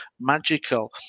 magical